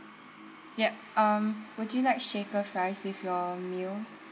yup um would you like shaker fries with your meals